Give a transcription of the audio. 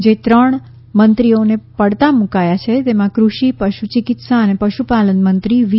જે ત્રણ મંત્રીઓને પડતા મુકાયા છે તેમાં કૃષિ પશુચિકિત્સા અને પશુપાલનમંત્રી વી